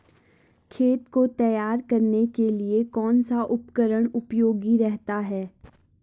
खेत को तैयार करने के लिए कौन सा उपकरण उपयोगी रहता है?